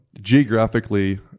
geographically